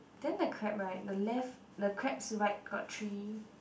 then the crab right the left the crabs right got three